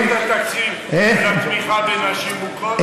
קיבלת את התקציב לתמיכה בנשים מוכות,